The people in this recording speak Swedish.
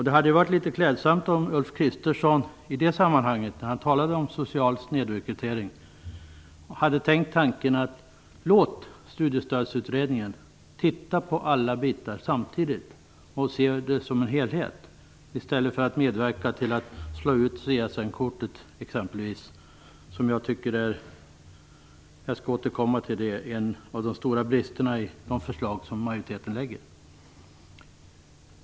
Det hade ju varit klädsamt om Ulf Kristersson, när han talade om social snedrekrytering, hade tänkt tanken att låta studiestödsutredningen titta på allt samtidigt och se det som en helhet i stället för att medverka till att slå ut CSN-kortet. Jag skall återkomma till det, men jag tycker att det är en av de stora bristerna i de förslag som majoriteten lägger.